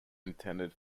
intended